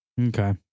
Okay